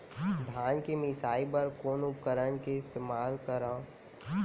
धान के मिसाई बर कोन उपकरण के इस्तेमाल करहव?